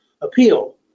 appeal